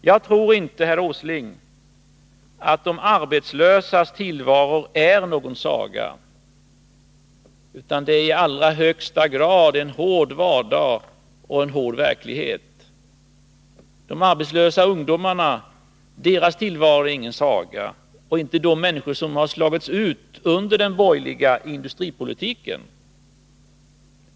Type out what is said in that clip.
Jag tror inte, herr Åsling, att de arbetslösas tillvaro är någon saga. I allra högsta grad är det fråga om en hård vardag och en hård verklighet. De arbetslösa ungdomarnas tillvaro är ingen saga, och detsamma gäller också de människor som har slagits ut på grund av den borgerliga industripolitiken.